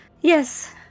yes